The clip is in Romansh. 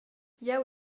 jeu